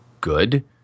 Good